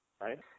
right